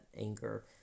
anger